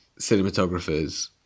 cinematographers